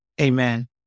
Amen